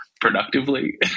productively